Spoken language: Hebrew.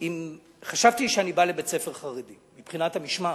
חשבתי שאני בא לבית-ספר חרדי, מבחינת המשמעת.